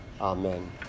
Amen